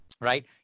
right